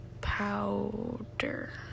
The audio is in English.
powder